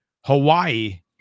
Hawaii